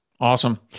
Awesome